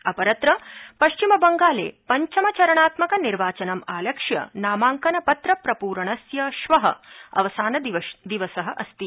अपरत्र पश्चिम बंगाले पंचम चरणात्मक निर्वाचनम् आलक्ष्य नामांकन पत्र प्रपूरणस्य श्व अवसान दिवस अस्ति